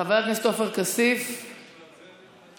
חבר הכנסת עפר כסיף, מוותר?